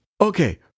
okay